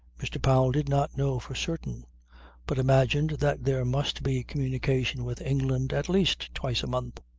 mr. powell did not know for certain but imagined that there must be communication with england at least twice a month.